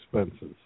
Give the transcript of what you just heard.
expenses